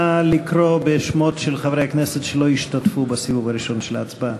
נא לקרוא בשמות של חברי הכנסת שלא השתתפו בסיבוב הראשון של ההצבעה.